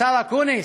השר אקוניס.